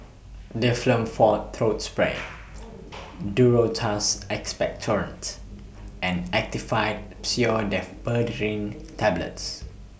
Difflam Forte Throat Spray Duro Tuss Expectorant and Actifed Pseudoephedrine Tablets